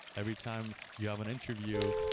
every time you have an interview,